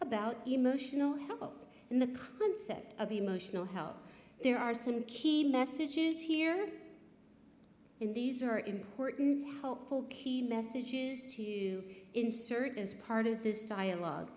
about emotional health of the concept of emotional health there are some key messages here in these are important helpful key messages to insert as part of this dialog